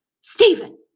Stephen